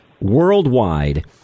worldwide